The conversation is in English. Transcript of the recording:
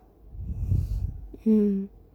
hmm